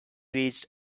reached